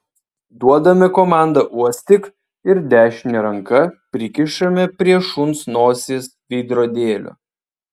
duodame komandą uostyk ir dešinę ranką prikišame prie šuns nosies veidrodėlio